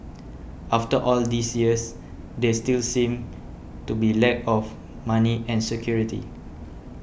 after all these years there still seems to be a lack of money and security